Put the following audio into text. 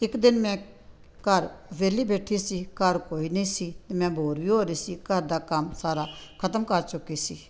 ਇੱਕ ਦਿਨ ਮੈਂ ਘਰ ਵਿਹਲੀ ਬੈਠੀ ਸੀ ਘਰ ਕੋਈ ਨਹੀਂ ਸੀ ਅਤੇ ਮੈਂ ਬੋਰ ਵੀ ਹੋ ਰਹੀ ਸੀ ਘਰ ਦਾ ਕੰਮ ਸਾਰਾ ਖ਼ਤਮ ਕਰ ਚੁੱਕੀ ਸੀ